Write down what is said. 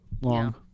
long